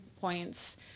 points